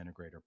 integrator